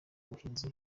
buhinzi